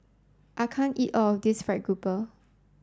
I can't eat all of this fried grouper